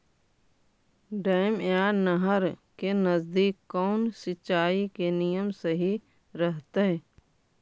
Dam या नहर के नजदीक कौन सिंचाई के नियम सही रहतैय?